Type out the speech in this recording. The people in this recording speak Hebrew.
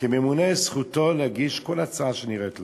וכממונה זכותו להגיש כל הצעה שנראית לו.